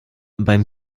beim